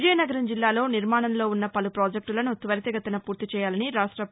విజయనగరం జిల్లాలో నిర్మాణంలో ఉన్న పలు పాజెక్టులను త్వరితగతిన పూర్తిచేయాలని రాష్ట న్న